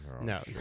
No